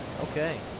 Okay